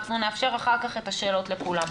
נאפשר אחר כך את השאלות לכולם.